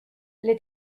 les